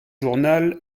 journal